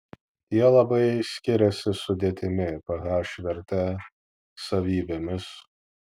jie labai skiriasi sudėtimi ph verte savybėmis